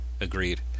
Agreed